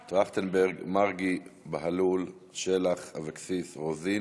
טרכטנברג, מרגי, בהלול, שלח, אבקסיס, רוזין,